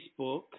Facebook